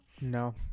No